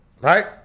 Right